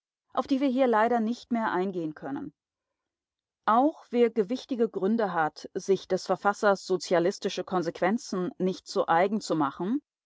auf die wir hier leider nicht mehr eingehen können auch wer gewichtige gründe hat sich des verfassers sozialistische konsequenzen nicht zu eigen zu machen